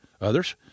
others